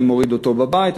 אני מוריד אותו בבית,